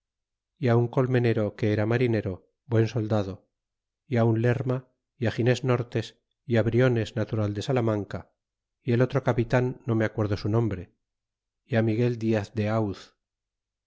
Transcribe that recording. e un colmenero que era marinero buen soldado é tit un lerma é gines nortes ó briones natural de salamanca el otro capitan no me acuerdo su nombre é miguel diaz de auz